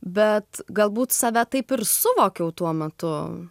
bet galbūt save taip ir suvokiau tuo metu